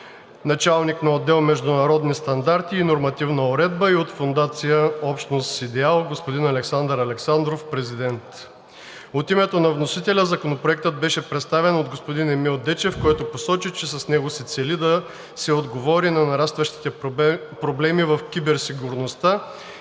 началник на отдел „Международни стандарти и нормативна уредба“, и от фондация „Общностъ Съ Идеалъ“ господин Александър Александров – президент. От името на вносителя Законопроектът беше представен от господин Емил Дечев, който посочи, че с него се цели да се отговори на нарастващите проблеми с киберсигурността,